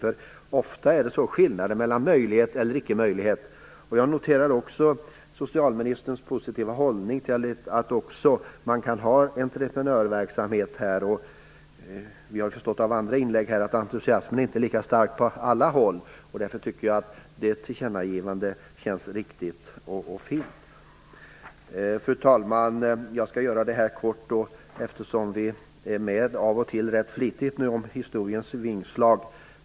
Ofta är det nämligen stora skillnader mellan möjlighet och icke möjlighet. Jag noterar också socialministerns positiva hållning till entreprenörverksamhet på detta område. Det har framgått av andra inlägg att entusiasmen inte är lika stark på alla håll. Därför tycker jag att detta tillkännagivande känns riktigt och fint. Fru talman! Jag skall fatta mig kort. Av och till upplever vi ganska flitigt historiens vingslag.